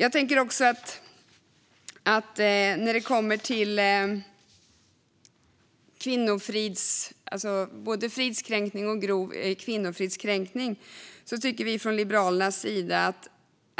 Från Liberalernas sida tycker vi